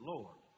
Lord